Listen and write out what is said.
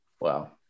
Wow